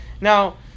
Now